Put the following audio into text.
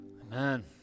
Amen